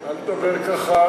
אל תדבר ככה.